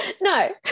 No